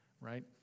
right